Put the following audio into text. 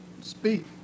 speak